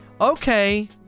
Okay